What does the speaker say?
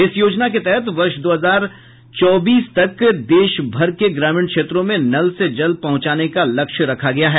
इस योजना के तहत वर्ष दो हजार चौबीस तक देश भर के ग्रामीण क्षेत्रों में नल से जल पहुंचाने का लक्ष्य रखा गया है